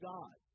God